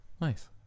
nice